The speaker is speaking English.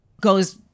goes